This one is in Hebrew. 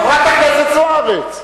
חברת הכנסת זוארץ,